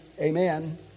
amen